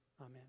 Amen